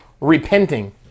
repenting